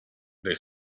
they